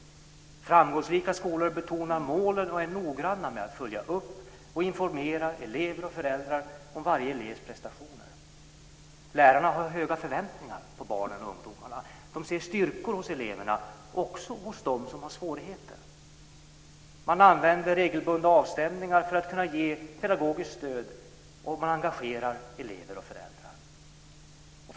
Framgångsrika skolor betonar målen och är noggranna med att följa upp och informera elever och föräldrar om varje elevs prestationer. Lärarna har höga förväntningar på barnen och ungdomarna. De ser styrkor hos eleverna, också hos dem som har svårigheter. Man använder regelbundna avstämningar för att kunna ge pedagogiskt stöd, och man engagerar elever och föräldrar.